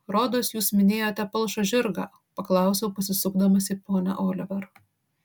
rodos jūs minėjote palšą žirgą paklausiau pasisukdamas į ponią oliver